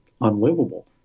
unlivable